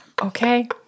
Okay